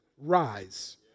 rise